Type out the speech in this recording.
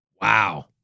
Wow